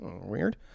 Weird